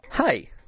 Hi